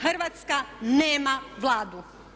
Hrvatska nema Vladu.